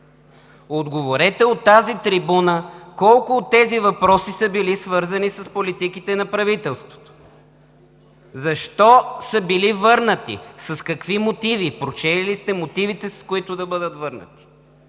Отговорете от тази трибуна, колко от тези въпроси са били свързани с политиките на правителството? Защо са били върнати? С какви мотиви? Прочели ли сте мотивите, с които да бъдат върнати?